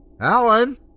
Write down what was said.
Alan